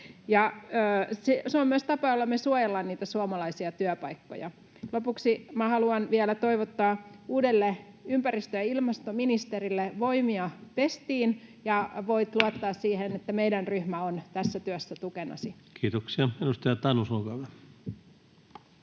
se on myös tapa, jolla me suojellaan suomalaisia työpaikkoja. Lopuksi haluan vielä toivottaa uudelle ympäristö- ja ilmastoministerille voimia pestiin. Voit luottaa siihen, että meidän ryhmä on tässä työssä tukenasi. [Speech 133] Speaker: